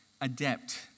adept